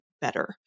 better